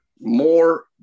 more